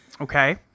Okay